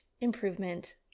improvement